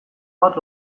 bat